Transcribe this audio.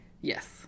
Yes